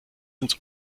ins